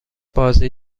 بازی